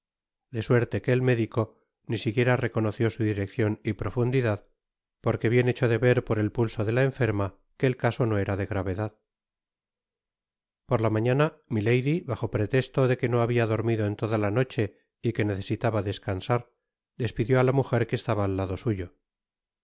de suerte que el médico ni siquiera reconoció su direccion y profundidad porque bien echó de ver por el pulso de la enferma que el caso no era de gravedad i i content from google book search generated at por la mañana milady bajo pretesto de que no habia dormido en toda la noche y que necesitaba descansar despidió á la mujer que estaba al lado suyo